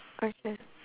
okay